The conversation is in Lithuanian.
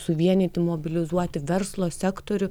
suvienyti mobilizuoti verslo sektorių